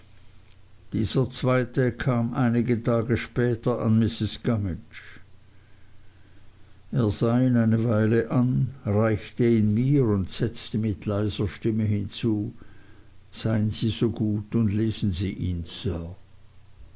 dieser zweite kam einige tage später an mrs gummidge er sah ihn eine weile an reichte ihn mir und setzte mit leiser stimme hinzu seien sie so gut und lesen sie ihn sir